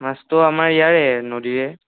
মাছটো আমাৰ ইয়াৰে নদীৰে